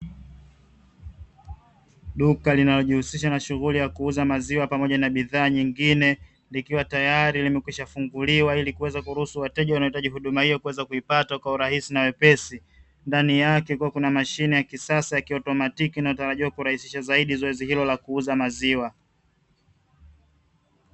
Duka linalojihusisha na shughuli ya kuuza maziwa pamoja na bidhaa nyingine likiwa tayari limekwisha funguliwa ili kuweza kuruhusu wateja wanahitaji huduma hiyo kuweza kuipata kwa urahisi na wepesi, ndani yake kuna mashine ya kisasa ya kiautomatiki na tarajiwa kurahisisha zaidi zoezi hilo la kuuza maziwa.